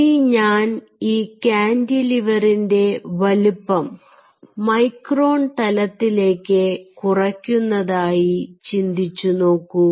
ഇനി ഞാൻ ഈ കാന്റിലിവറിന്റെ വലുപ്പം മൈക്രോൺ തലത്തിലേക്ക് കുറയ്ക്കുന്നതായി ചിന്തിച്ചുനോക്കൂ